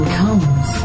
comes